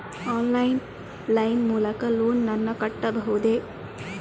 Online line ಮೂಲಕ loan ನನ್ನ ಕಟ್ಟಬಹುದೇ?